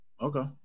Okay